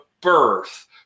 birth